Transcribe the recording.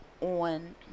on